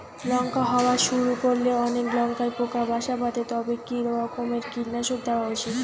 লঙ্কা হওয়া শুরু করলে অনেক লঙ্কায় পোকা বাসা বাঁধে তবে কি রকমের কীটনাশক দেওয়া উচিৎ?